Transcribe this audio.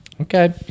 Okay